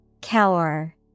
Cower